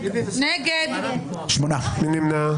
מי נמנע?